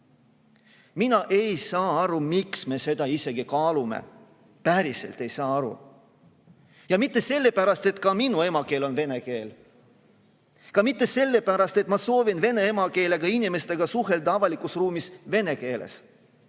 Mina ei saa aru, miks me seda isegi kaalume. Päriselt ei saa aru! Ja mitte sellepärast, et ka minu emakeel on vene keel. Ka mitte sellepärast, et ma soovin vene emakeelega inimestega suhelda avalikus ruumis vene keeles.